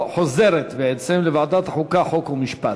חוק ומשפט.